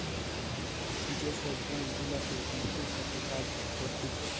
যে সব ব্যাঙ্ক গুলাতে নীতির সাথে কাজ করতিছে